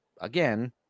again